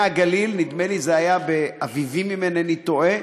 מהגליל, נדמה לי שזה היה באביב, אם אינני טועה,